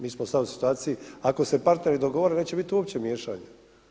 Mi smo sada u situaciji ako se partneri dogovore, neće biti uopće miješnja.